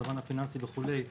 מצב פיננסי וכולי.